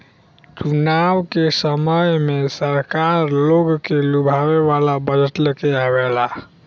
चुनाव के समय में सरकार लोग के लुभावे वाला बजट लेके आवेला